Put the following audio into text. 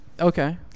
Okay